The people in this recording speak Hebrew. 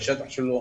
בשטח שלו,